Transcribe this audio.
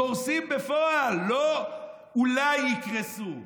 קורסים בפועל, לא אולי יקרסו.